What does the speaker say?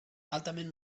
altament